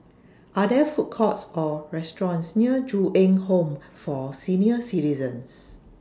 Are There Food Courts Or restaurants near Ju Eng Home For Senior Citizens